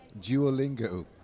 Duolingo